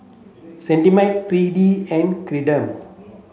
Cetrimide three T and Ceradan